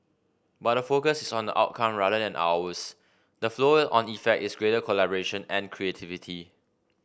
but the focus is on outcome rather than hours the flow on effect is greater collaboration and creativity